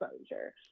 exposure